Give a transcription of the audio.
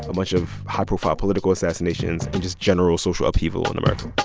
a bunch of high-profile political assassinations and just general social upheaval in america